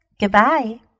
goodbye